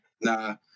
Nah